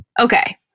Okay